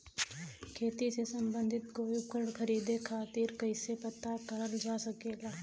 खेती से सम्बन्धित कोई उपकरण खरीदे खातीर कइसे पता करल जा सकेला?